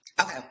Okay